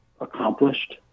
accomplished